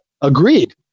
agreed